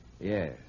Yes